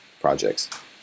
projects